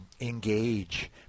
engage